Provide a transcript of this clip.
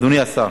אדוני השר,